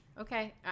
Okay